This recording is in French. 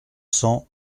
cents